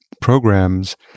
programs